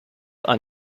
are